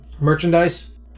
merchandise